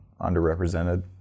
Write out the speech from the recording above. underrepresented